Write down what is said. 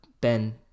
Ben